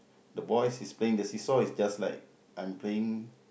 the boys is playing the see-saw is just like I'm playing